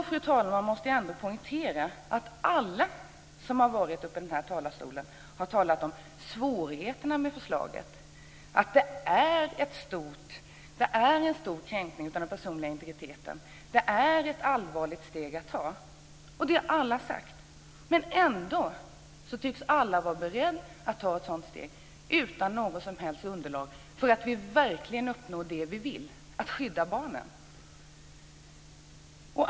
Fru talman! Alla som varit uppe i talarstolen i dag har talat om svårigheterna med förslaget - att det är fråga om en stor kränkning av den personliga integriteten och att det är ett allvarligt steg att ta. Trots att alla har sagt det tycks alla vara beredda att ta ett sådant steg, utan något som helst underlag för att vi verkligen uppnår vad vi vill uppnå, nämligen att skydda barnen.